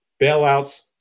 bailouts